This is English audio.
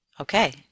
Okay